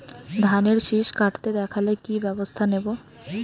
ধানের শিষ কাটতে দেখালে কি ব্যবস্থা নেব?